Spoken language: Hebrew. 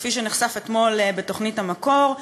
כפי שנוסח אתמול בתוכנית "המקור".